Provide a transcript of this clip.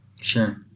Sure